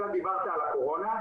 דיברת על הקורונה,